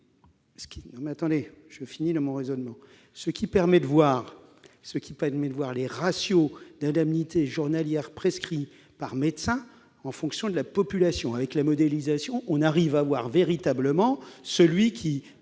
Ce document permet de voir les ratios d'indemnités journalières prescrites par médecin, en fonction de la population. Avec la modélisation, on arrive véritablement à